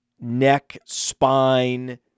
neck-spine